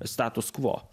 status kvo